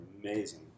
amazing